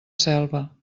selva